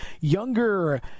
younger